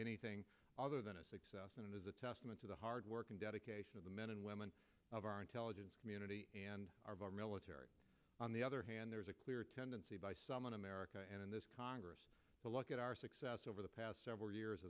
anything other than a success and it is a testament to the hard work and dedication of the men and women of our intelligence community and our of our military on the other hand there's a clear tendency by some one america and in this congress to look at our success over the past several years